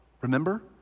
Remember